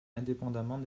indépendamment